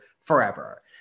forever